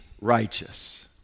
righteous